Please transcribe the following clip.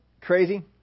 crazy